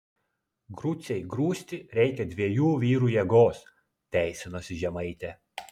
grucei grūsti reikia dviejų vyrų jėgos teisinosi žemaitė